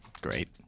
Great